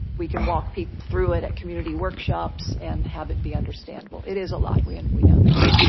we can walk people through it at community workshops and have it be understandable. it is a lot when we know that.